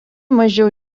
mažiau